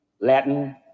Latin